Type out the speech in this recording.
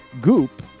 Goop